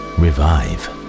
revive